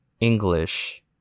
english